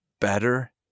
better